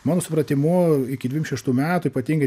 mano supratimu iki dvim šeštų metų ypatingai